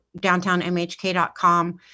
downtownmhk.com